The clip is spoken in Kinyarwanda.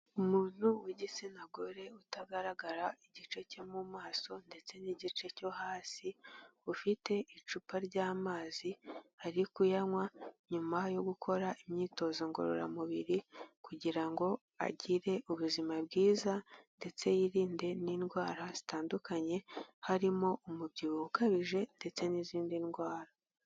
Umuntu w'igitsina gore utagaragara igice cyo mu maso ndetse n'igice cyo hasi, ufite icupa ry'amazi ari kuyanywa nyuma yo gukora imyitozo ngororamubiri kugira ngo agire ubuzima bwiza ndetse yirinde n'indwara zitandukanye, harimo umubyibuho ukabije ndetse n'izindi ndwara.